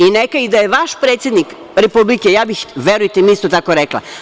I da je vaš predsednik Republike ja bih, verujte mi, isto tako rekla.